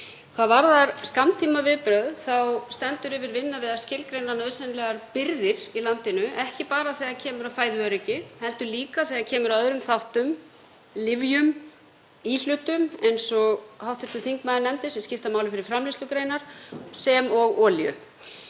Hvað varðar skammtímaviðbrögð þá stendur yfir vinna við að skilgreina nauðsynlegar birgðir í landinu, ekki bara þegar kemur að fæðuöryggi heldur líka þegar kemur að öðrum þáttum; lyfjum, íhlutum, eins og hv. þingmaður nefndi, sem skipta máli fyrir framleiðslugreinar, sem og olíu.